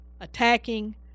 attacking